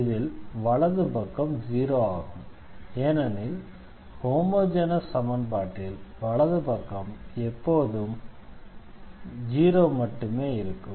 இதில் வலது பக்கம் 0 ஆகும் ஏனெனில் ஹோமொஜெனஸ் சமன்பாட்டில் வலது பக்கம் எப்போதும் 0 மட்டுமே இருக்கும்